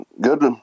good